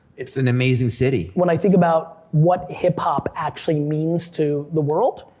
it's an amazing city. when i think about what hip hop actually means to the world,